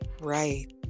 Right